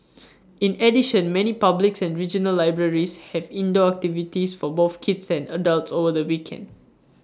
in addition many public's and regional libraries have indoor activities for both kids and adults over the weekend